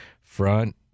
front